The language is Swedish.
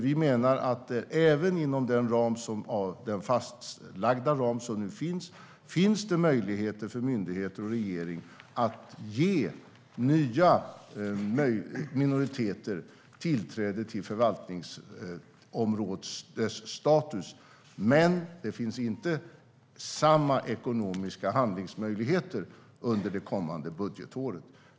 Vi menar att det även inom den fastlagda ramen finns möjligheter för myndigheter och regering att ge nya minoriteter tillträde till förvaltningsområdesstatus, men det finns inte samma ekonomiska handlingsmöjligheter under det kommande budgetåret.